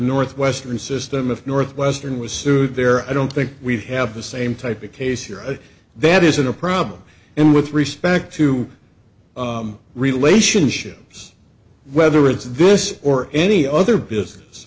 northwestern system if northwestern was sued there i don't think we have the same type of case here a that isn't a problem in with respect to relationships whether it's this or any other business